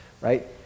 right